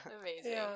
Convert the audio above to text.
Amazing